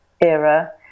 era